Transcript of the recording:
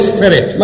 Spirit